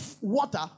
water